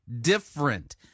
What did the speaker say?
different